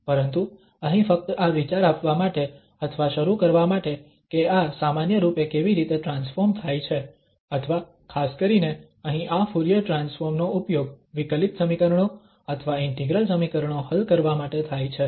પરંતુ અહીં ફક્ત આ વિચાર આપવા માટે અથવા શરૂ કરવા માટે કે આ સામાન્ય રૂપે કેવી રીતે ટ્રાન્સફોર્મ થાય છે અથવા ખાસ કરીને અહીં આ ફુરીયર ટ્રાન્સફોર્મ નો ઉપયોગ વિકલિત સમીકરણો અથવા ઇન્ટિગ્રલ સમીકરણો હલ કરવા માટે થાય છે